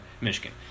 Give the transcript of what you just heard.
Michigan